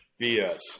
BS